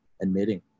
admitting